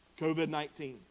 COVID-19